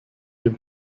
dem